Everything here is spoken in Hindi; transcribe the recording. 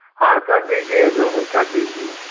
हाँ कर दीजिए जो है कर दीजिए